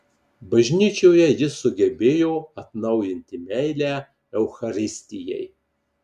bažnyčioje jis sugebėjo atnaujinti meilę eucharistijai